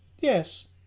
Yes